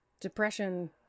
depression